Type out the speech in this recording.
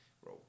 bro